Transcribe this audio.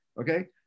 okay